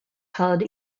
held